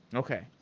okay.